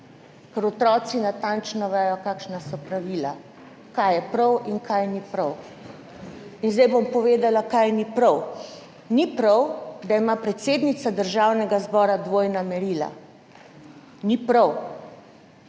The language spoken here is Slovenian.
ker otroci natančno vedo, kakšna so pravila, kaj je prav in kaj ni prav. In zdaj bom povedala, kaj ni prav. Ni prav, da ima predsednica Državnega zbora dvojna merila. Ni prav.